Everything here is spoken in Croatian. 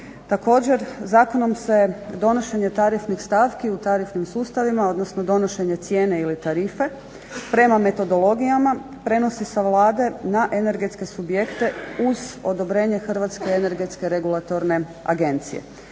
Također, zakonom se donošenje tarifnih stavki u tarifnim sustavima, odnosno donošenje cijene ili tarife prema metodologijama prenosi sa Vlade na energetske subjekte uz odobrenje Hrvatske energetske regulatorne agencije,